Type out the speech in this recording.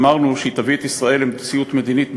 אמרנו שהיא תביא את ישראל למציאות מדינית,